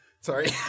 Sorry